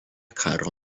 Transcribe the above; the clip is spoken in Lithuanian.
karo